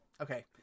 okay